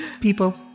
people